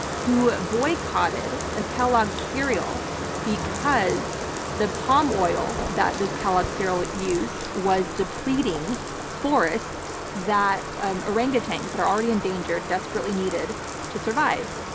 who boycotted a kellogg cereal because the palm oil that this kellogg cereal used was depleting forests that um orangutans that are already endangered desperately needed to survive.